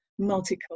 multicultural